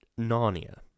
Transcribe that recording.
narnia